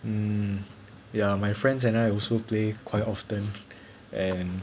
mm ya my friends and I also play quite often and